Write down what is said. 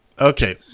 Okay